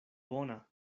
bona